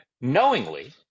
knowingly